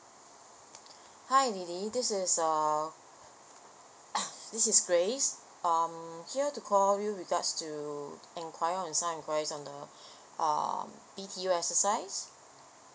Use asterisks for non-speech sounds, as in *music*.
hi lily this is err *coughs* this is grace um here to call you regards to inquire on some enquiry on the um B_T_O exercise